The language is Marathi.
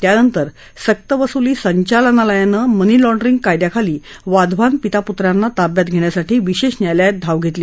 त्यानंतर सक्तवसुली संचालनालयानं मनीलॉंड्रिंग कायद्याखाली वाधवान पिता पुत्रांना ताब्यात घेण्यासाठी विशेष न्यायालयात धाव घेतली